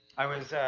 i was,